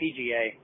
PGA